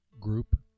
group